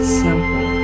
simple